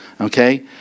Okay